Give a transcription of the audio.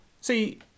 See